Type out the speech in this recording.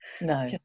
no